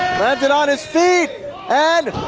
landed on his feet and,